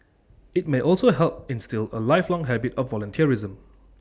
IT may also help instil A lifelong habit of volunteerism